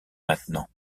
maintenant